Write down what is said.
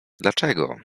dlaczego